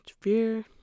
fear